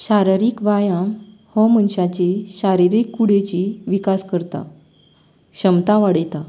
शारिरीक व्यायाम हो मनशांची शारिरीक कुडीची विकास करता क्षमता वाडयता